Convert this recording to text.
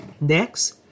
Next